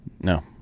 No